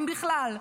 אם בכלל,